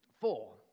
four